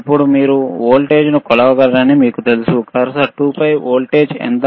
ఇప్పుడు మీరు వోల్టేజ్ కొలవగలరని తెలుసు కర్సర్ 2 పై వోల్టేజ్ ఎంత